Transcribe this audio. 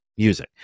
music